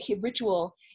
ritual